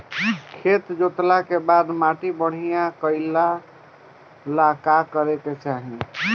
खेत जोतला के बाद माटी बढ़िया कइला ला का करे के चाही?